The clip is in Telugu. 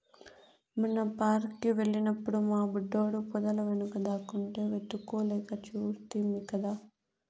మొన్న పార్క్ కి వెళ్ళినప్పుడు మా బుడ్డోడు పొదల వెనుక దాక్కుంటే వెతుక్కోలేక చస్తిమి కదా